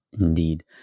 Indeed